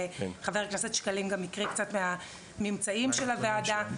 חבר הכנסת שקלים גם הקריא קצת מהממצאים של הוועדה.